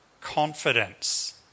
confidence